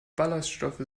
ballaststoffe